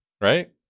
right